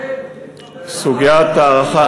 הכול שילוב בחברה.